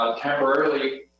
temporarily